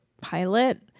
pilot